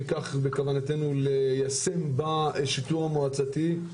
כך בכוונתנו ליישם בשיטור המועצתי.